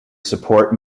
support